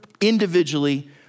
individually